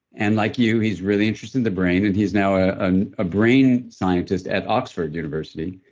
and like you, he's really interested in the brain, and he's now a and ah brain scientist at oxford university,